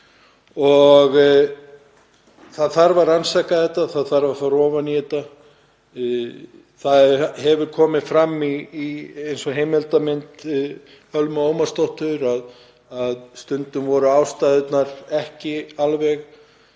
það þarf að rannsaka þau. Það þarf að fara ofan í þetta. Það hefur komið fram, t.d. í heimildarmynd Ölmu Ómarsdóttur, að stundum voru ástæðurnar ekki alveg